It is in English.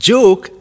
Joke